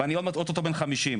ואני אוטוטו בן 50,